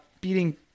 beating